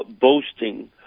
boasting